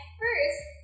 first